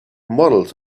models